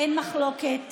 אין מחלוקת,